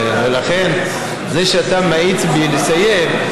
לכן זה שאתה מאיץ בי לסיים,